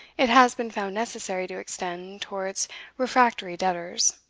it has been found necessary to extend towards refractory debtors,